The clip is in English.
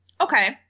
Okay